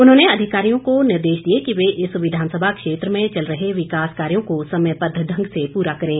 उन्होंने अधिकारियों को निर्देश दिए कि वे इस विधानसभा क्षेत्र में चल रहे विकास कार्यों को समयवद्व ढंग से पूरा करें